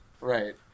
Right